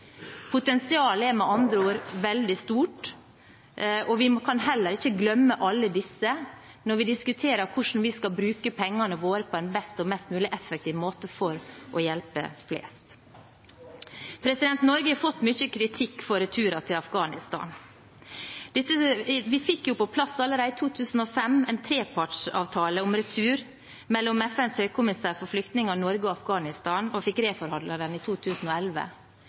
Potensialet er med andre ord veldig stort. Vi kan heller ikke glemme alle disse når vi diskuterer hvordan vi skal bruke pengene våre på en best og mest mulig effektiv måte for å hjelpe flest mulig. Norge har fått mye kritikk for returer til Afghanistan. Vi fikk jo allerede i 2005 på plass en trepartsavtale om retur, mellom FNs høykommissær for flyktninger, Norge og Afghanistan, og fikk reforhandlet den i 2011.